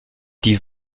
die